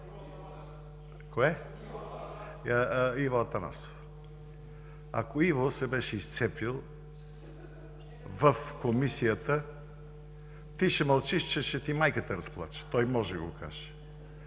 Иво Атанасов? Ако Иво се беше изцепил в Комисията: „Ти ще мълчиш, че ще ти майката разплача“? А той може да го каже.